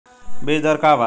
बीज दर का वा?